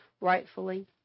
rightfully